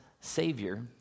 Savior